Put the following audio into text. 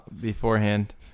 beforehand